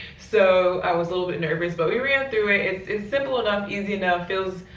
so i was a little bit nervous but we ran through it. it's it's simple enough, easy enough. feels,